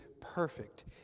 perfect